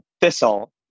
Thistle